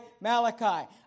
Malachi